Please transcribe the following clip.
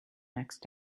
next